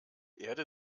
erde